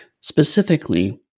specifically